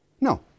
No